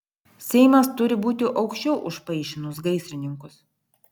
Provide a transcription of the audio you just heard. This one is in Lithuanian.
seimas turi būti aukščiau už paišinus gaisrininkus